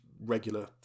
regular